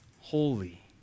holy